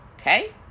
Okay